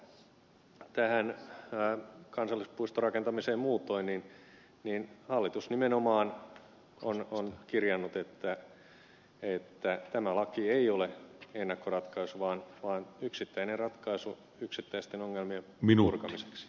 mitä sitten tulee kansallispuistorakentamiseen muutoin niin hallitus nimenomaan on kirjannut että tämä laki ei ole ennakkoratkaisu vaan yksittäinen ratkaisu yksittäisten ongelmien purkamiseksi